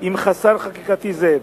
עם חוסר חקיקתי זה.